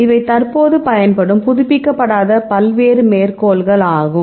இவை தற்போது பயன்படும் புதுப்பிக்கப்படாத பல்வேறு மேற்கோள்கள் ஆகும்